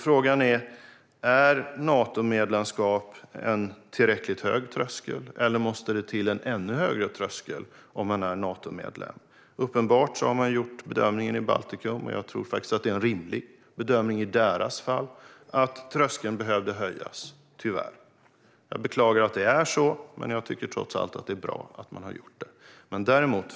Frågan är: Är Natomedlemskap en tillräckligt hög tröskel, eller måste det till en ännu högre tröskel om man är Natomedlem? Uppenbarligen har man i Baltikum gjort bedömningen - jag tror faktiskt att det är en rimlig bedömning i deras fall - att tröskeln tyvärr behövde höjas. Jag beklagar att det är så, men jag tycker trots allt att det är bra att man har gjort det.